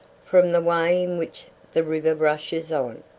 from the way in which the river rushes on,